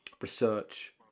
research